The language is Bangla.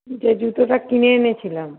যে জুতোটা কিনে এনেছিলাম